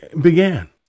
began